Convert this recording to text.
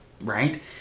right